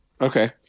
okay